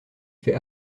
fait